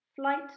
flight